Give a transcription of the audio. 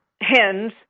hens